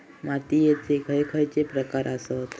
मातीयेचे खैचे खैचे प्रकार आसत?